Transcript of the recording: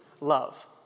love